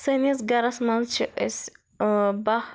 سٲنِس گَرَس منٛز چھِ أسۍ باہ